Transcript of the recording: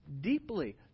deeply